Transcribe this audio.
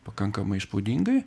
pakankamai įspūdingai